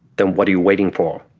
then what are you waiting for?